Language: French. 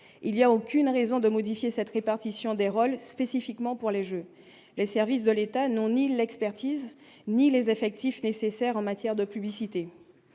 il y a aucune raison de modifier cette répartition des rôles spécifiquement pour les Jeux, les services de l'État non il expertise ni les effectifs nécessaires en matière de publicité,